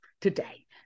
today